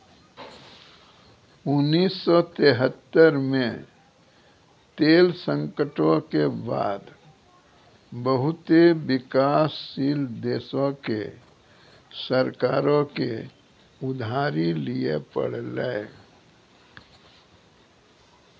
उन्नीस सौ तेहत्तर मे तेल संकटो के बाद बहुते विकासशील देशो के सरकारो के उधारी लिये पड़लै